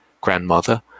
grandmother